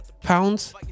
pounds